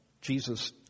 Jesus